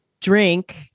drink